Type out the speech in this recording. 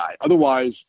Otherwise